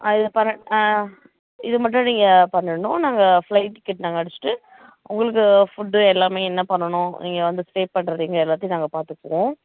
அது பண்ண இது மட்டும் நீங்கள் பண்ணனும் நாங்க ஃப்ளைட் டிக்கெட் நாங்கள் அடிச்சிவிட்டு உங்களுக்கு ஃபுட்டு எல்லாமே என்ன பண்ணனும் நீங்கள் வந்து ஸ்டே பண்ணுறது எங்கே எல்லாத்தையும் நாங்கள் பாத்துக்கறோம்